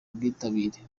ubwitabire